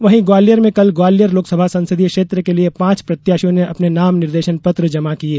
वहीं ग्वालियर में कल ग्वालियर लोकसभा संसदीय क्षेत्र के लिए पांच प्रत्याशियों ने अपने नाम निर्देशन पत्र जमा किये